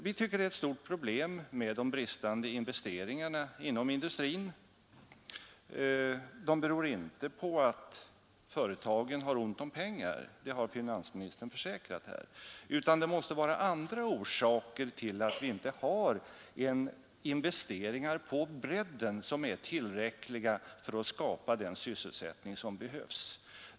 Vi tycker att det är ett stort problem med de bristande investeringarna inom industrin. De beror inte på att företagen har ont om pengar — det har finansministern försäkrat här — utan det måste finnas andra orsaker till att vi inte har de investeringar på bredden, som är tillräckliga för att skapa den sysselsättning som behövs.